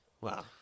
Wow